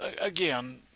again